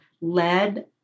led